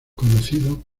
conocido